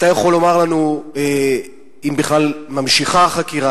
אתה יכול לומר לנו אם בכלל נמשכת החקירה,